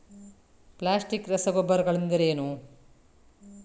Plastic ರಸಗೊಬ್ಬರಗಳೆಂದರೇನು?